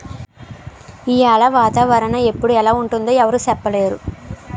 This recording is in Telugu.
ఈయాల వాతావరణ ఎప్పుడు ఎలా ఉంటుందో ఎవరూ సెప్పనేరు